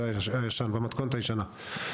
במתכונת הישנה.